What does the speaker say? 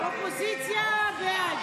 הסתייגות 615 לא